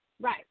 Right